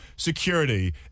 security